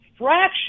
fraction